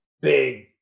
big